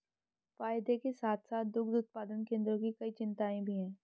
फायदे के साथ साथ दुग्ध उत्पादन केंद्रों की कई चिंताएं भी हैं